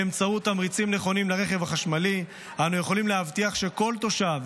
באמצעות תמריצים נכונים לרכב חשמלי אנו יכולים להבטיח שכל תושב,